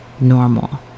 normal